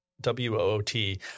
W-O-O-T